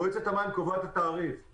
מועצת המים קובעת את התעריף.